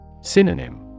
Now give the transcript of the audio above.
Synonym